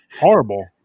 horrible